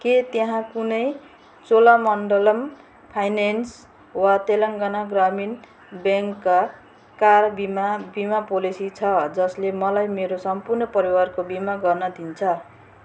के त्यहाँ कुनै चोलामण्डलम फाइनेन्स वा तेलङ्गना ग्रामीण ब्याङ्कका कार बिमा बिमा पोलेसी छ जसले मलाई मेरो सम्पूर्ण परिवारको बिमा गर्न दिन्छ